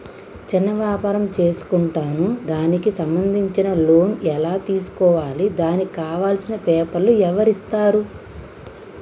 చిన్న వ్యాపారం చేసుకుంటాను దానికి సంబంధించిన లోన్స్ ఎలా తెలుసుకోవాలి దానికి కావాల్సిన పేపర్లు ఎవరిస్తారు?